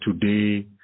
today